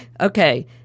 Okay